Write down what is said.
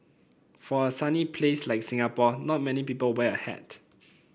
for a sunny place like Singapore not many people wear a hat